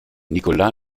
nicola